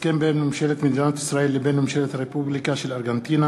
בין ממשלת מדינת ישראל לבין ממשלת הרפובליקה של ארגנטינה